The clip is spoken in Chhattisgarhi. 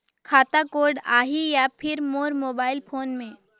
खाता कोड आही या फिर मोर मोबाइल फोन मे?